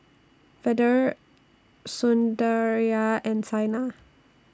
Vedre Sundaraiah and Saina